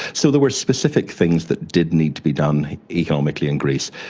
so there were specific things that did need to be done economically in greece.